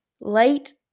late